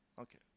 Okay